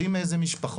יודעים מאילו משפחות.